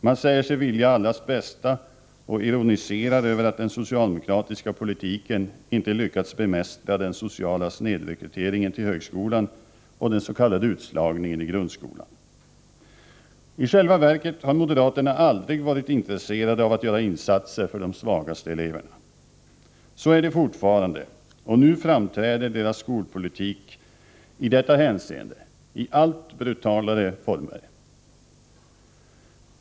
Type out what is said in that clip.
Man säger sig vilja allas bästa och ironiserar över att den socialdemokratiska politiken inte lyckats bemästra den sociala snedrekryteringen till högskolan och den s.k. utslagningen i grundskolan. I själva verket har moderaterna aldrig varit intresserade av att göra insatser för de svagaste eleverna. Så är det fortfarande, och nu framträder deras skolpolitik i detta hänseende i allt brutalare former.